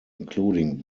including